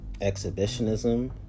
exhibitionism